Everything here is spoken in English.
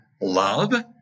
love